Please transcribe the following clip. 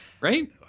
right